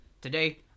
today